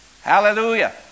Hallelujah